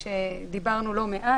דיברנו לא מעט.